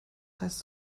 heißt